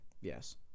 Yes